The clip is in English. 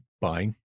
buying